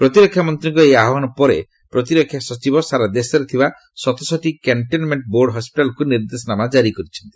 ପ୍ରତିରକ୍ଷାମନ୍ତ୍ରୀଙ୍କ ଏହି ଆହ୍ୱାନ ପରେ ପ୍ରତିରକ୍ଷା ସଚିବ ସାରା ଦେଶରେ ଥିବା ସତଷଠି କ୍ୟାଣ୍ଟନମେଣ୍ଟ ବୋର୍ଡ ହସ୍କିଟାଲକୁ ନିର୍ଦ୍ଦେଶାନାମା ଜାରି କରିଛନ୍ତି